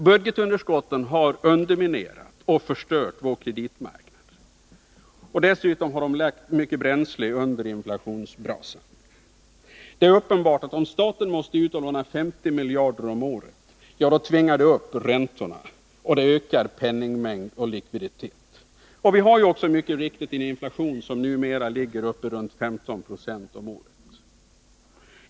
Budgetunderskotten har underminerat och förstört vår kreditmarknad. Dessutom har de lagt mycket bränsle under inflationsbrasan. Det är uppenbart att om staten måste ut och låna 50 miljarder om året, så tvingar det upp räntorna och ökar penningmängd och likviditet. Vi har ju också mycket riktigt en inflation som numera ligger närmare 15 96 om året.